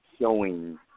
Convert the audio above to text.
showing